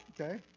okay